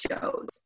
shows